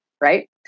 right